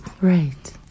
Right